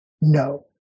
no